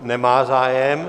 Nemá zájem.